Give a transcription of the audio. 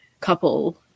couple